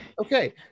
okay